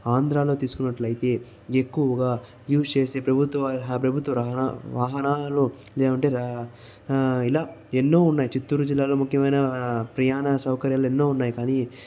ఆంధ్రాలో తీసుకున్నట్లయితే ఎక్కువగా యూజ్ చేసే ప్రభుత్వ రహ ప్రభుత్వ వాహనాల్లో లేదంటే ఇలా ఎన్నో ఉన్నాయి చిత్తూరు జిల్లాలో ముఖ్యమైన ప్రయాణ సౌకర్యాలు ఎన్నో ఉన్నాయి కానీ